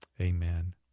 amen